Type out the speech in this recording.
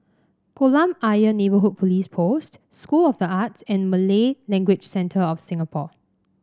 Kolam Ayer Neighbourhood Police Post School of the Arts and Malay Language Centre of Singapore